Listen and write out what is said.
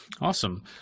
Awesome